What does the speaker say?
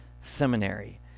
seminary